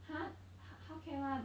!huh! ho~ how can [one]